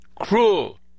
cruel